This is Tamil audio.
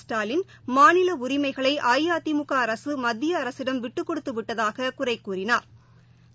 ஸ்டாலின் மாநிலஉரிமைகளைஅஇஅதிமுகஅரசமத்தியஅரசிடம் விட்டுக்கொடுத்துவிட்டதாககுறைகூறினாா்